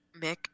Mick